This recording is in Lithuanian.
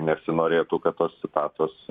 nesinorėtų kad tos citatos